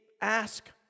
ask